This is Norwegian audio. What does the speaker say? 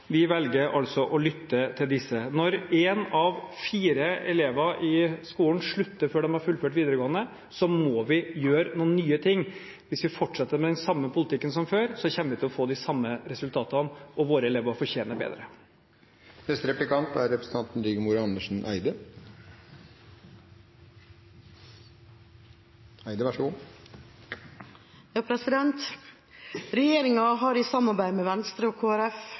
Vi velger altså å lytte til disse. Når én av fire elever i skolen slutter før de har fullført videregående, må vi gjøre noen nye ting. Hvis vi fortsetter med den samme politikken som før, kommer vi til å få de samme resultatene, og våre elever fortjener bedre. Regjeringa har i samarbeid med Venstre og